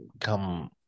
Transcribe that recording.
come